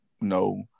no